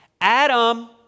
Adam